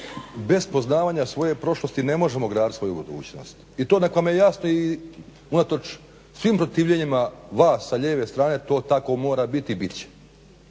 bez poznavanja svoje prošlosti ne možemo graditi svoju budućnost. I to nek vam je jasno i unatoč svim protivljenjima vas sa lijeve strane to tako mora biti i bit će.